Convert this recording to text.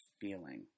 feeling